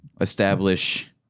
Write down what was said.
establish